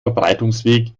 verbreitungsweg